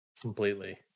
Completely